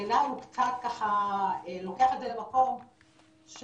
בעיניי הוא קצת לוקח אותו למקום שהוא